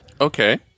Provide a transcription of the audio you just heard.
Okay